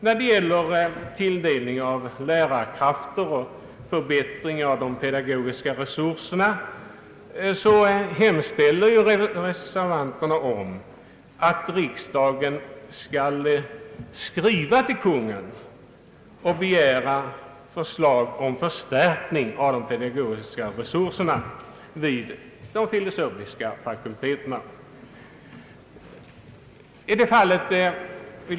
När det gäller tilldelning av lärarkrafter och förbättring av de pedagogiska resurserna, hemställer reservanterna att riksdagen skall vända sig till Kungl. Maj:t och begära förslag om förstärkning av de pedagogiska resurserna vid de filosofiska fakulteterna.